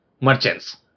merchants